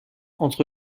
entre